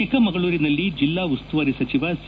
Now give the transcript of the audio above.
ಚಿಕ್ಕಮಗಳೂರಿನಲ್ಲಿ ಜೆಲ್ಲಾ ಉಸ್ತುವಾರಿ ಸಚಿವ ಸಿ